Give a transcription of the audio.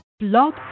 Blog